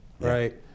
right